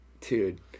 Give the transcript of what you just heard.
Dude